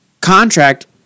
contract